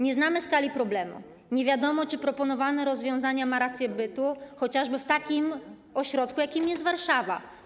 Nie znamy skali problemu, nie wiadomo, czy proponowane rozwiązanie ma racje bytu chociażby w takim ośrodku, jakim jest Warszawa.